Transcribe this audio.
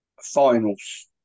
finals